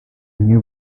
new